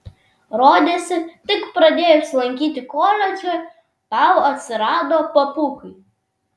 rodėsi tik pradėjus lankyti koledžą tau atsirado papukai